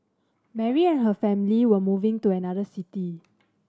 Mary and her family were moving to another city